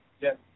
Yes